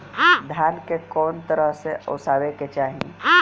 धान के कउन तरह से ओसावे के चाही?